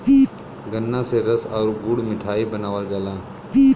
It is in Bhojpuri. गन्रा से रस आउर गुड़ मिठाई बनावल जाला